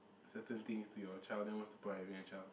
certain things to your child then what's the point of having a child